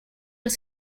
los